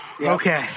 Okay